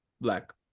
black